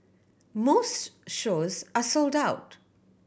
most shows are sold out